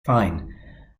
fine